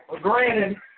granted